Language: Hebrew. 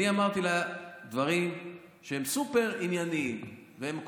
אני אמרתי לה דברים שהם סופר-ענייניים והם כואבים.